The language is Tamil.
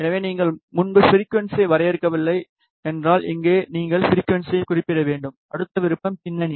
எனவே நீங்கள் முன்பு ஃபிரிக்குவன்ஸியை வரையறுக்கவில்லை என்றால்இங்கே நீங்கள் ஃபிரிக்குவன்ஸியை குறிப்பிட வேண்டும் அடுத்த விருப்பம் பின்னணி